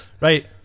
Right